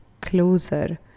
closer